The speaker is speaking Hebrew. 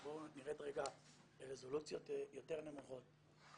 רק בוא נרד רגע לרזולוציות יותר נמוכות.